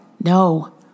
No